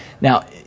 Now